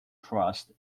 trust